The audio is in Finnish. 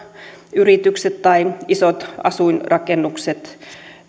yritykset tai isot asuinrakennukset